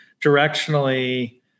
directionally